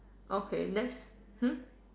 okay then hmm